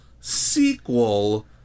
sequel